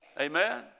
Amen